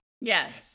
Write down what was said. Yes